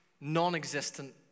non-existent